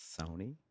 Sony